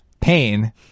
pain